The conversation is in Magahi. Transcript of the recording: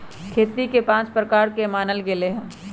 खेती के पाँच प्रकार के मानल गैले है